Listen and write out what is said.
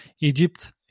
Egypt